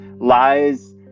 lies